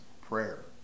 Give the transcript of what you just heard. prayer